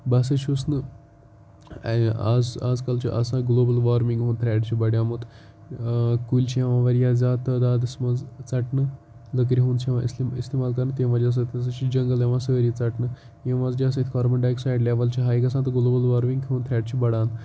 بہٕ ہَسا چھُس نہٕ آزکَل چھُ آسان گلوبَل وارمِنٛگ ہُنٛد تھرٛیٚٹ چھُ بَڑیومُت کُلۍ چھِ یِوان واریاہ زیادٕ تعدادَس مَنٛز ژَٹنہٕ لٔکرِ ہُنٛد چھُ یِوان اِستعمال کَرنہٕ تمہِ وَجہ سۭتۍ تہِ ہَسا چھِ جَنگَل یِوان سٲری ژَٹنہٕ ییٚمہِ وَجہ سۭتۍ کاربَن ڈاے آکسایِڈ لٮ۪وَل چھِ ہاے گَژھان تہٕ گلوبَل وارمِنٛگ ہُنٛد تھرٛیٚٹ چھُ بَڑان